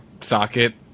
socket